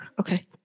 Okay